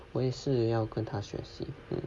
我也是要跟他学习